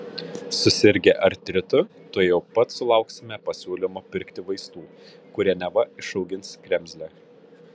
susirgę artritu tuojau pat sulauksime pasiūlymo pirkti vaistų kurie neva išaugins kremzlę